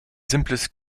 simples